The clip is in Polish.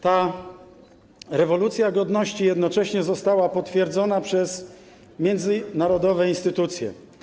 Ta rewolucja godności jednocześnie została potwierdzona przez międzynarodowe instytucje.